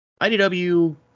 IDW